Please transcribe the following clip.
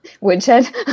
Woodshed